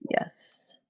Yes